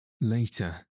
Later